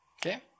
Okay